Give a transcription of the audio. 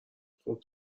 خوب